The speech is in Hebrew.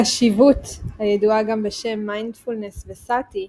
קשיבות, הידועה גם בשם מיינדפולנס וסאטי,